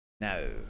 No